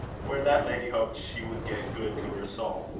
where that lady hoped she would get good to her soul.